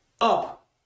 up